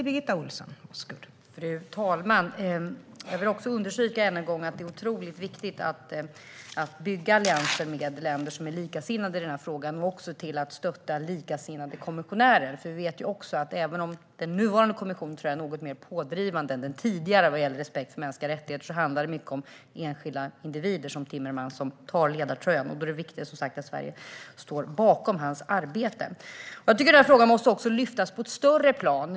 Fru talman! Jag vill än en gång understryka att det är otroligt viktigt att bygga allianser med länder som är likasinnade i frågan och att stötta likasinnade kommissionärer. Vi vet också att även om den nuvarande kommissionen är något mer pådrivande än den tidigare vad gäller respekt för mänskliga rättigheter handlar det mycket om enskilda individer som Timmermans som tar på sig ledartröjan. Det är viktigt att Sverige står bakom hans arbete. Jag tycker att den här frågan måste lyftas fram också på ett större plan.